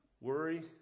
worry